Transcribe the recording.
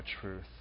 truth